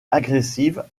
agressive